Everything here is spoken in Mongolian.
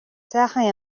сайхан